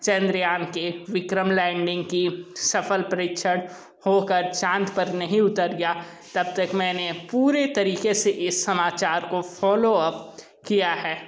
चंद्रयान के विक्रम लैंडिंग की सफल परीक्षण होकर चाँद पर नहीं उतर गया तब तक मैंने पूरे तरीके से इस समाचार को फॉलोअप किया है